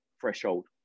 threshold